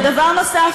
אני לא מבין את זה.